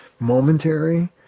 momentary